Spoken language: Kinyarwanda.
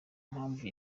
mpamvu